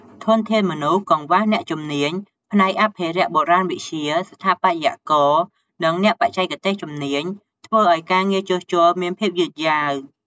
ធនធានមនុស្ស កង្វះអ្នកជំនាញផ្នែកអភិរក្សបុរាណវិទ្យា ស្ថាបត្យករ និងអ្នកបច្ចេកទេសជំនាញ ធ្វើឱ្យការងារជួសជុលមានភាពយឺតយ៉ាវ។